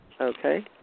okay